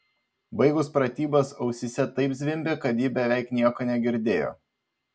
baigus pratybas ausyse taip zvimbė kad ji beveik nieko negirdėjo